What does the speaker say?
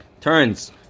turns